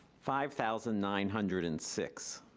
five thousand nine hundred and six.